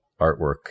artwork